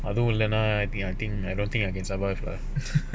அதும்இல்லனா:adhum illana ya I think I don't think I can survive lah